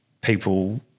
people